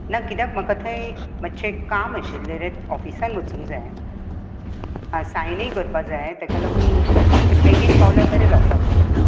ना कित्याक म्हाका थंय मातशें काम आशिल्ले रे ऑफीसान वचूंक जाय आं सायनय करपाक जाय ताका लागून मातशें बेगीन पावल्यार बरें जावपाचें